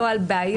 לא על בעיות.